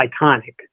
iconic